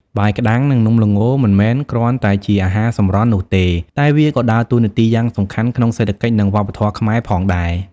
បាយក្ដាំង និងនំល្ង មិនមែនគ្រាន់តែជាអាហារសម្រន់នោះទេ តែវាក៏ដើរតួនាទីយ៉ាងសំខាន់ក្នុងសេដ្ឋកិច្ច និងវប្បធម៌ខ្មែរផងដែរ។